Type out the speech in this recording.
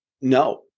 no